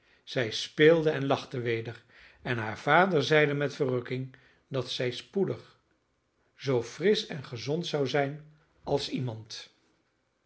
zij speelde en lachte weder en haar vader zeide met verrukking dat zij spoedig zoo frisch en gezond zou zijn als iemand